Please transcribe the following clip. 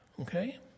okay